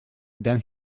then